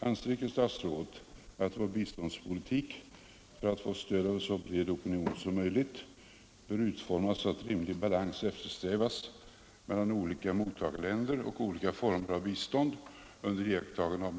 Anser icke statsrådet att vår biståndspolitik, för att få stöd av så bred opinion som möjligt, bör utformas så att rimlig balans eftersträvas mellan Nr 101 olika mottagarländer och olika former av bistånd under iakttagande av bl.